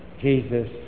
Jesus